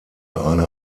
eine